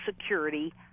security